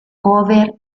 cover